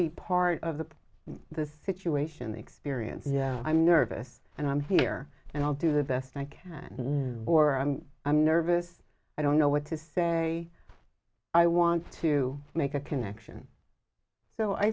be part of the the situation experience i'm nervous and i'm here and i'll do the best i can or i'm i'm nervous i don't know what to say i want to make a connection so i